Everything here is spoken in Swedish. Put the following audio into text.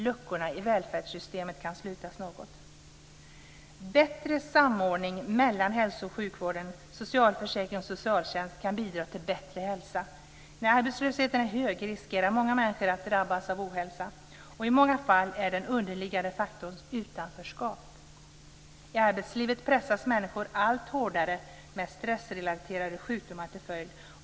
Luckorna i välfärdssystemen kan slutas något. Bättre samordning mellan hälso och sjukvården, socialförsäkring och socialtjänst kan bidra till bättre hälsa. När arbetslösheten är hög riskerar många människor att drabbas av ohälsa, och i många fall är den underliggande faktorn utanförskap. I arbetslivet pressas människor allt hårdare med stressrelaterade sjukdomar till följd.